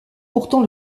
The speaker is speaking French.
pourtant